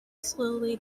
slowly